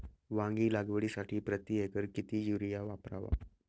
वांगी लागवडीसाठी प्रति एकर किती युरिया वापरावा?